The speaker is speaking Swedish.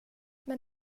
men